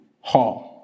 hall